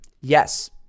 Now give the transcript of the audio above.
Yes